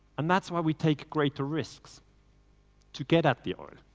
and that's why we take greater risks to get at the oil.